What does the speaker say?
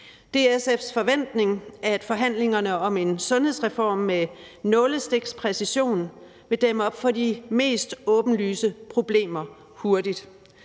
SF's forventning, at forhandlingerne om en sundhedsreform med nålestikspræcision hurtigt vil dæmme op for de mest åbenlyse problemer.